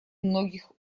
многих